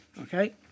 okay